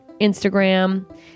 instagram